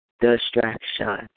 distraction